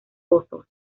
pozos